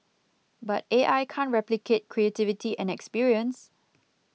but A I can't replicate creativity and experience